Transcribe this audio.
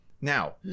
Now